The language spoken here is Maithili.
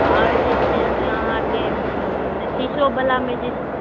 आओर जे छै से अहाँके शीशो बलामे जे